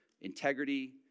integrity